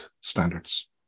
standards